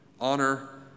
Honor